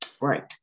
Right